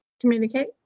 communicate